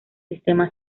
sistema